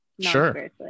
Sure